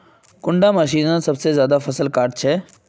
कुंडा मशीनोत सबसे ज्यादा फसल काट छै?